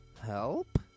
Help